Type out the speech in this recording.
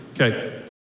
Okay